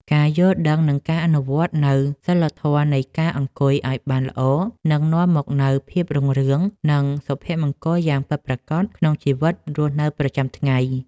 ការយល់ដឹង និង ការអនុវត្តនូវសីលធម៌នៃការអង្គុយឱ្យបានល្អនឹងនាំមកនូវភាពរុងរឿង និង សុភមង្គលយ៉ាងពិតប្រាកដក្នុងជីវិតរស់នៅប្រចាំថ្ងៃ។